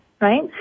right